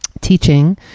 teaching